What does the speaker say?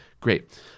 great